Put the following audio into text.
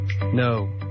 No